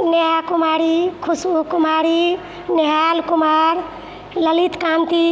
Neha Kumari Khushboo Kumari Nihal Kumar Lalit Kanti